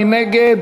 מי נגד?